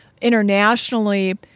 internationally